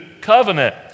covenant